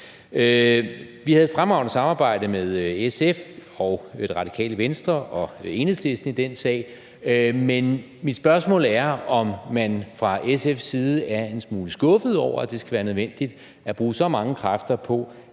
Vi havde et fremragende samarbejde med SF og med Det Radikale Venstre og med Enhedslisten i den sag, men mit spørgsmål er, om man fra SF's side er en smule skuffet over, at det skal være nødvendigt at bruge så mange kræfter på